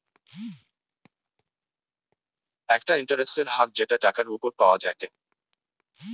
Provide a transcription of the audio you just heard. একটা ইন্টারেস্টের হার যেটা টাকার উপর পাওয়া যায়টে